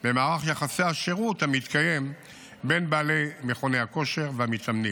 למערך יחסי השירות המתקיים בין בעלי מכוני הכושר והמתאמנים.